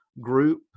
group